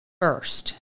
first